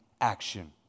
action